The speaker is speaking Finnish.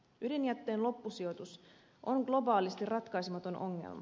ydinjätteen loppusijoitus on globaalisti ratkaisematon ongelma